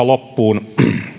loppuun